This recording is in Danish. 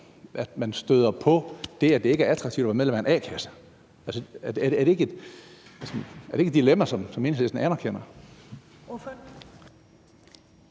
at man støder på det, at det ikke er attraktivt at være medlem af en a-kasse? Er det ikke et dilemma, som Enhedslisten anerkender? Kl.